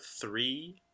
three